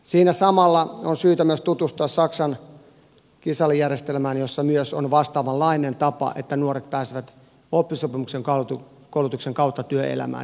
siinä samalla on syytä myös tutustua saksan kisällijärjestelmään jossa myös on vastaavanlainen tapa että nuoret pääsevät oppisopimuskoulutuksen kautta työelämään